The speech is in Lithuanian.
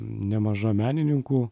nemaža menininkų